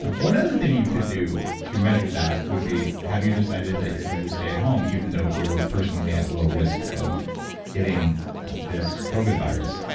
and one other thing you could do to measure that would be have you decided that you're going to stay at home even though you're personally at low risk of getting this covid virus.